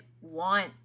want